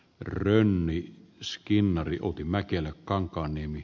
hrenin skinnari outi mäkelä kankaanniemi